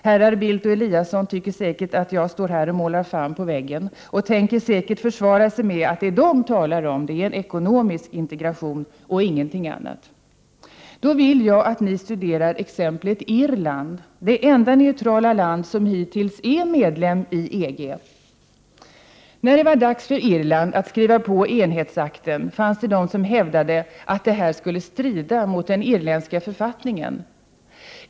Herrar Bildt och Eliasson tycker säkert att jag målar fan på väggen och tänker nog försvara sig med att det de talar om är ekonomisk integration och ingenting annat. Då vill jag att ni studerar exemplet Irland, det enda neutrala land som hittills är medlem i EG. När det var dags för Irland att skriva på enhetsakten fanns det de som hävdade att detta skulle strida mot den irländska författningen.